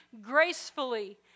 gracefully